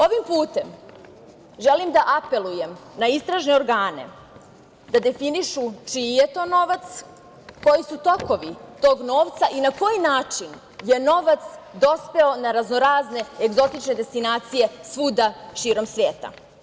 Ovim putem želim da apelujem na istražne organe da definišu čiji je to novac, koji su tokovi tog novca i na koji način je novac dospeo na raznorazne egzotične destinacije svuda širom sveta.